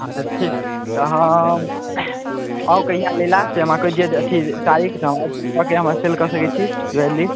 हाँ तऽ ठीक तऽ हम आउ कहिआ लै ले से हमरा जे अथी तारिख हमरा सेल कऽ सकै छी ज्वेलरी